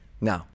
now